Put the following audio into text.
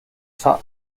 shah